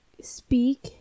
speak